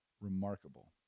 remarkable